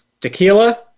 tequila